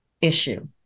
issue